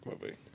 movie